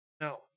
no